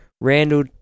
Randall